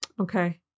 Okay